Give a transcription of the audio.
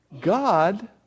God